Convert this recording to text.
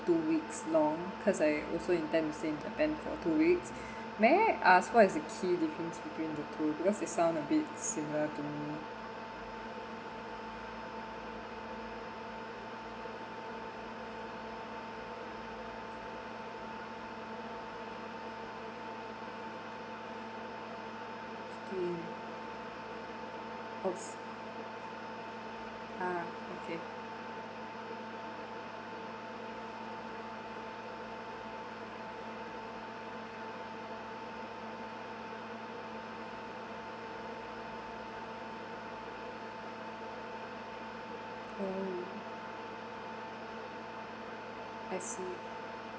two weeks long cause I also intend to stay in japan for two weeks may I ask what is the key different between the two because it sound a bit similar to me mm !oops! ah okay oh I see